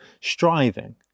striving